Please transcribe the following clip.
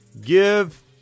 Give